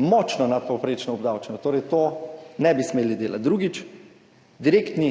močno, nadpovprečno obdavčeno, torej tega ne bi smeli delati. Drugič: direktni